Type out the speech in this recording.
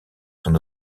son